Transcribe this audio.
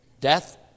Death